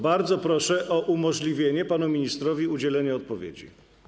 Bardzo proszę o umożliwienie panu ministrowi udzielenia odpowiedzi.